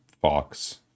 Fox